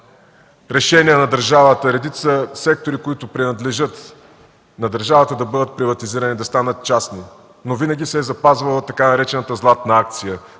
решения на държавата редица сектори, които принадлежат на държавата, да бъдат приватизирани и да станат частни, но винаги се е запазвала така наречената „Златна акция”.